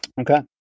Okay